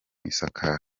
isakara